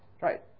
right